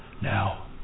Now